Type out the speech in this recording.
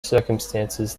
circumstances